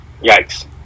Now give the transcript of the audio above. Yikes